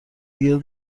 دیگه